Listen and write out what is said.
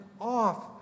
off